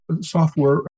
software